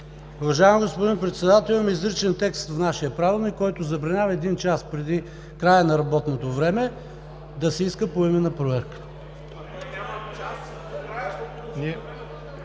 Уважаеми господин Председател! Има изричен текст в нашия правилник, който забранява един час преди края на работното време, да се иска поименна проверка.